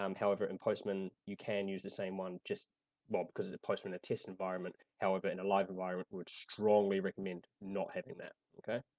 um however in postman you can use the same one, just well because postman a test environment. however in a live environment we would strongly recommend not having that, okay?